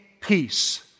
peace